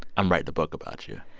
i'm writing a book about you?